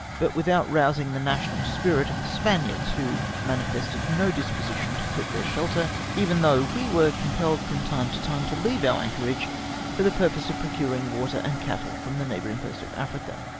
but without rousing the national spirit of the spaniards, who manifested no disposition to quit their shelter, even though we were compelled from time to time to leave our anchorage for the purpose of procuring water and cattle from the neighbouring coast of africa.